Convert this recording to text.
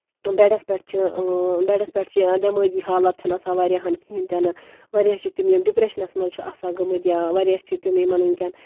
بیڈَس پٮ۪ٹھ چھِ بیڈَس پٮ۪ٹھ چھِ یا دٮ۪مٲغی حالَت چھنہٕ آسان واریاہ ہن کِہیٖنۍ تہِ نہٕ واریاہ چھِ تِم یِم ڈپریشنَس منٛز چھِ آسان گٔمٕتۍ یا واریاہ چھِ تِم یِمن وٕنکیٚن